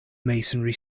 masonry